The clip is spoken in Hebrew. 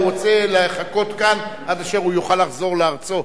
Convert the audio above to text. הוא רוצה לחכות כאן עד אשר הוא יוכל לחזור לארצו,